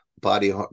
body